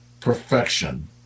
perfection